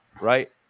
right